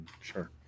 sure